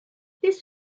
this